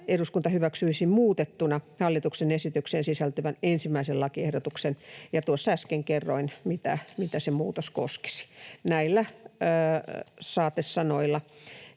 eduskunta hyväksyisi muutettuna hallituksen esitykseen sisältyvän 1. lakiehdotuksen, ja tuossa äsken kerroin, mitä se muutos koskisi. Näillä saatesanoilla